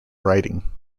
writing